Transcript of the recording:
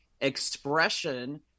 expression